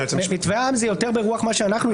במתווה העם זה יותר ברוח מה שאנחנו הצענו.